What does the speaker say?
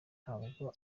ntabwo